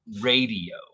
radio